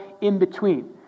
in-between